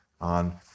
on